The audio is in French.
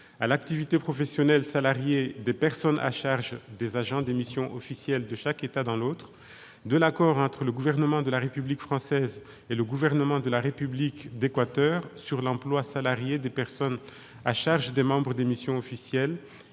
à l'activité professionnelle salariée des personnes à charge des agents des missions officielles de chaque État dans l'autre, de l'accord entre le gouvernement de la République française et le gouvernement de la République d'Équateur sur l'emploi salarié des personnes à charge des membres des missions officielles,